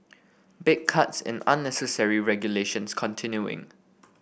big cuts in unnecessary regulations continuing